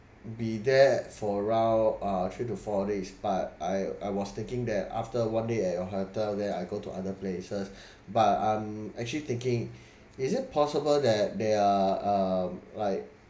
be there for around uh three to four days but I I was thinking that after one day at your hotel then I go to other places but I'm actually thinking is it possible that there are um like